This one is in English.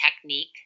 technique